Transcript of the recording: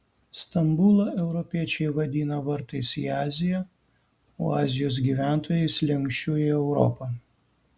stambulą europiečiai vadina vartais į aziją o azijos gyventojai slenksčiu į europą